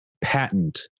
patent